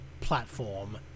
platform